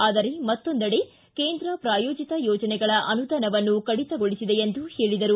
ಆದರೆ ಮತ್ತೊಂದೆಡೆ ಕೇಂದ್ರ ಪ್ರಾಯೋಜಿತ ಯೋಜನೆಗಳ ಅನುದಾನವನ್ನು ಕಡಿತಗೊಳಿಸಿದೆ ಎಂದು ಹೇಳಿದರು